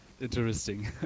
interesting